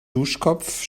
duschkopf